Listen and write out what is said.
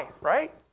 right